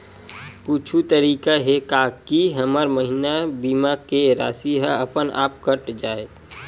कुछु तरीका हे का कि हर महीना बीमा के राशि हा अपन आप कत जाय?